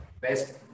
Best